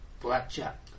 Blackjack